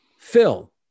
Phil